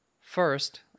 First